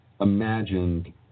imagined